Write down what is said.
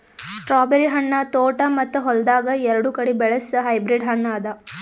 strawberry ಹಣ್ಣ ತೋಟ ಮತ್ತ ಹೊಲ್ದಾಗ್ ಎರಡು ಕಡಿ ಬೆಳಸ್ ಹೈಬ್ರಿಡ್ ಹಣ್ಣ ಅದಾ